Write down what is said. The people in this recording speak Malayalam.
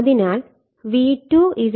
അതിനാൽ V2 V1 K എന്നാണ്